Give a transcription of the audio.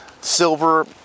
silver